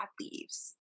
leaves